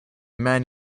man